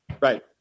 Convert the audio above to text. Right